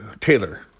Taylor